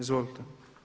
Izvolite.